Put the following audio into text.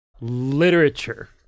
literature